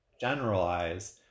generalize